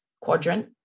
quadrant